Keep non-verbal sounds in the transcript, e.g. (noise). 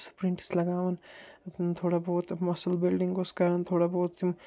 (unintelligible) لگاوان تھوڑا بہت مسٕل بلڈنٛگ گوٚژھ کَرُن تھوڑا بہت مسٕل بلڈنٛگ گوژھ کَرُن تھوڑا بہت